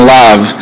love